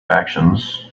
actions